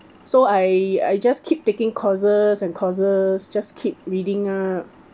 so I I just keep taking courses and courses just keep reading up